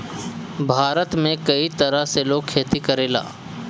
भारत में कई तरह से लोग खेती करेला